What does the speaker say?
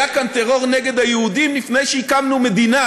היה כאן טרור נגד היהודים לפני שהקמנו מדינה,